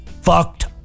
fucked